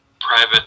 private